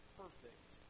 perfect